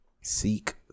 seek